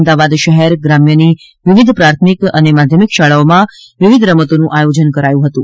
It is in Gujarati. અમદાવાદ શહેર ગ્રામ્યની વિવિધ પ્રાથમિક માધ્યમિક શાળાઓમાં વિવિધ રમતોનું આયોજન કરાયું હતું